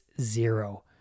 zero